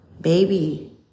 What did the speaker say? baby